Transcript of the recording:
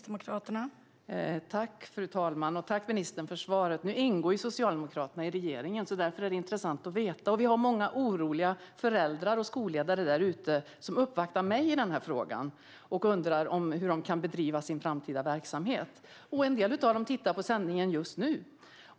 Fru talman! Jag tackar ministern för svaret. Socialdemokraterna ingår i regeringen, så det är intressant att veta. Det finns många oroliga föräldrar och skolledare där ute som uppvaktar mig i denna fråga och som undrar hur de kommer att kunna bedriva sin framtida verksamhet. En del av dem tittar på denna sändning just nu.